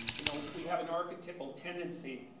you know, we have an archetypal tendency